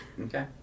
Okay